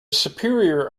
superior